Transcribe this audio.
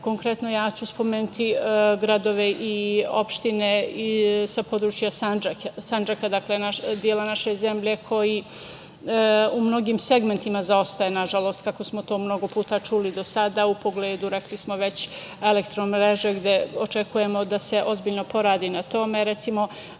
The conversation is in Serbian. Konkretno ja ću spomenuti gradove i opštine sa područja Sandžaka, dela naše zemlje koji u mnogim segmentima zaostaje, nažalost, kako smo to mnogo puta čuli do sada u pogledu, rekli smo već, elektromreže gde očekujemo da se ozbiljno poradi na tome. Recimo,